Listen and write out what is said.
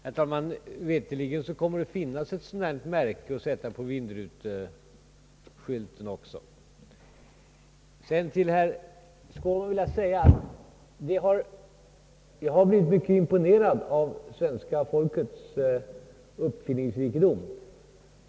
Herr talman! Veterligen kommer det att finnas ett sådant där märke att sätta på vindrutan. Till herr Skårman vill jag säga att jag har blivit mycket imponerad av det svenska folkets uppfinningsrikedom.